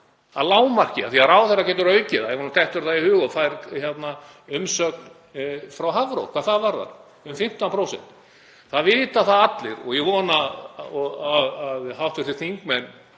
að lágmarki, af því að ráðherra getur aukið það ef honum dettur það í hug? Það er umsögn frá Hafró hvað það varðar, um 15%. Það vita það allir og ég vona að hv. þingmenn